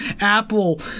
Apple